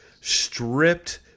stripped